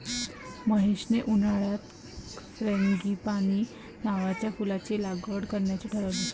महेशने उन्हाळ्यात फ्रँगीपानी नावाच्या फुलाची लागवड करण्याचे ठरवले